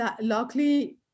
luckily